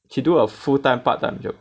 she do a full time part time job